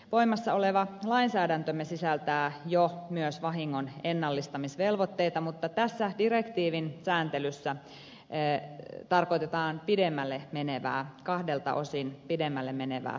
voimassa oleva lainsäädäntömme sisältää jo myös vahingon ennallistamisvelvoitteita mutta tässä direktiivin sääntelyssä tarkoitetaan pidemmälle menevää kahdelta osin pidemmälle menevää säätelyä